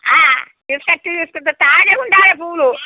తీసుకు వస్తే తీసుకుంటారు తాజా ఉండాలి పూలు